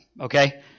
okay